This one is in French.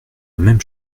même